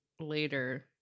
later